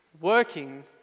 working